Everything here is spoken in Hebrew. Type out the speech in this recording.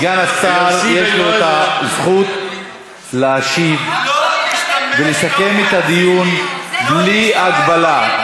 סגן השר יש לו זכות להשיב ולסכם את הדיון בלי הגבלה.